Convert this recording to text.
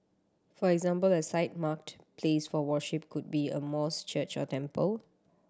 for example a site marked place for worship could be a mosque church or temple